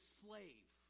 slave